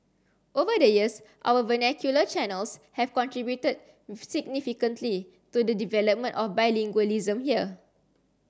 over the years our vernacular channels have contributed significantly to the development of bilingualism here